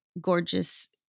gorgeous